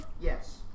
Yes